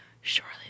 surely